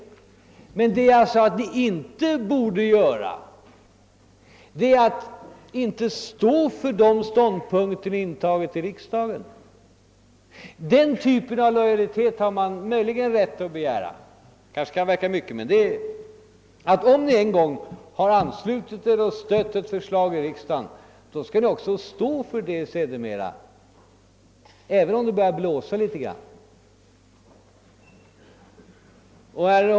Vad jag sade att ni inte borde göra var att inte stå för de ståndpunkter som ni har intagit i riksdagen. Den typen av lojalitet har man möjligen rätt att fordra. Om ni en gång anslutit er till eller stött ett förslag i riksdagen skall ni också stå för det, även om det börjar blåsa litet.